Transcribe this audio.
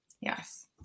Yes